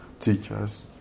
Teachers